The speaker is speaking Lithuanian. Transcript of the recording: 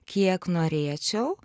kiek norėčiau